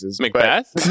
Macbeth